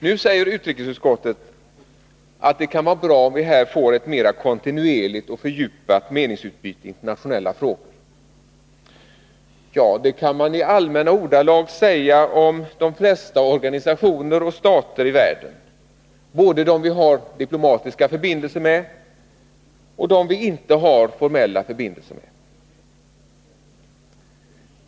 Nu säger utrikesutskottet att det kan vara bra om vi här får ett mera kontinuerligt och fördjupat meningsutbyte i internationella frågor. Ja, det kan man säga i allmänna ordalag om de flesta organisationer och stater i världen, både dem som vi har diplomatiska förbindelser med och dem som vi inte har formella förbindelser med.